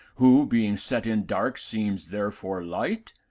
who, being set in dark, seems therefore light?